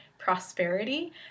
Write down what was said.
prosperity